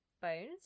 bones